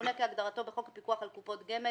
הממונה כהגדרתו בחוק פיקוח על קופות גמל